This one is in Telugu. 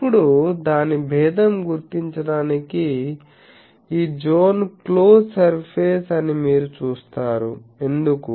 ఇప్పుడు దాని భేదం గుర్తించటానికి ఈ జోన్ క్లోజ్ సర్ఫేస్ అని మీరు చూస్తారు ఎందుకు